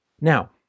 Now